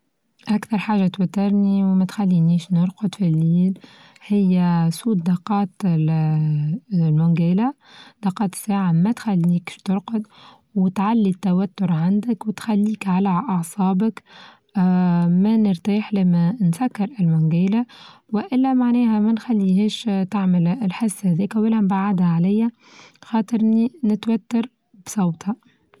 أكثر حاچة توترني وما تخلينيش نرقد في الليل هي صوت دقات ال-المانجيلا دقات الساعة ما تخليكش ترقد وتعلي التوتر عندك وتخليك على أعصابك، آآ ما نرتاح لما نفكر المانجيلا والا معناها ما نخليهاش تعمل الحس هاذيكا ولا نبعدها علي خاطرني نتوتر بصوتها.